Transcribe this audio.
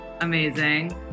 Amazing